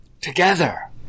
together